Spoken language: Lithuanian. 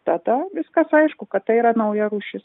tada viskas aišku kad tai yra nauja rūšis